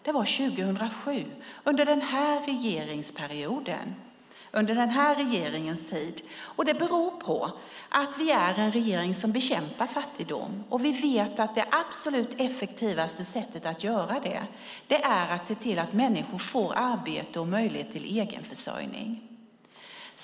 Det var 2007, under denna regerings tid. Det beror på att vi är en regering som bekämpar fattigdom, och vi vet att det absolut effektivaste sättet att göra det är att se till att människor får arbete och möjlighet till egenförsörjning.